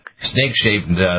snake-shaped